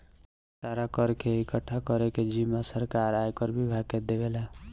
सारा कर के इकठ्ठा करे के जिम्मा सरकार आयकर विभाग के देवेला